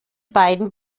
beiden